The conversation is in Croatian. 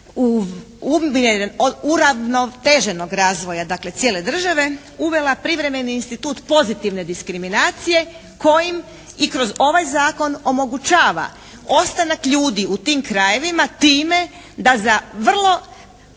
uravnoteženog razvoja dakle cijele države uvela privremeni institut pozitivne diskriminacije kojim i kroz ovaj zakon omogućava ostanak ljudi u tim krajevima, time da za vrlo